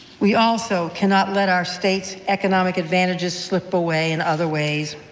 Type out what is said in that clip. we also cannot let our state's economic advantages slip away in other ways.